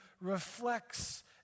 reflects